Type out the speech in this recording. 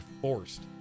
forced